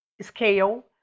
scale